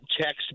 text